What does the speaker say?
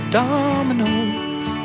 dominoes